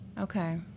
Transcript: Okay